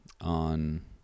On